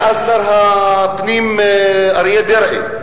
היה אז שר הפנים אריה דרעי,